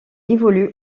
évolue